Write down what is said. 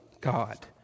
God